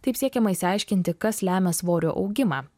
taip siekiama išsiaiškinti kas lemia svorio augimą